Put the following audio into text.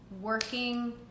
working